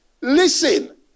listen